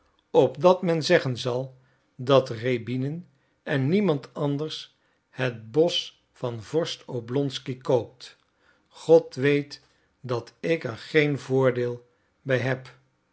opdat men zeggen zal dat rjäbinin en niemand anders het bosch van vorst oblonsky koopt god weet dat ik er geen voordeel bij heb